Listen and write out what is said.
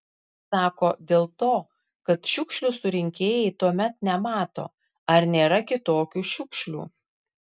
sako dėl to kad šiukšlių surinkėjai tuomet nemato ar nėra kitokių šiukšlių